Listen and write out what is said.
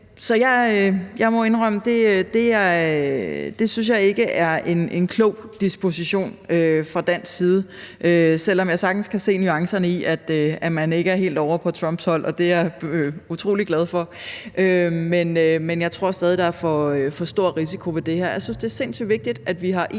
jeg må indrømme, at det synes jeg ikke er en klog disposition fra dansk side, selv om jeg sagtens kan se nuancerne i det, og at man ikke er helt ovre på Trumps hold, og det er jeg utrolig glad for. Men jeg tror stadig, der er for stor risiko ved det her. Jeg synes, det er sindssygt vigtigt, at vi har is